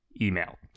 email